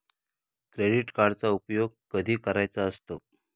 Credit कार्डचा उपयोग कधी करायचा असतो?